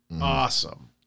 awesome